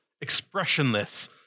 expressionless